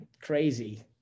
crazy